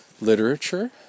literature